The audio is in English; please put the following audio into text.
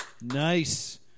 nice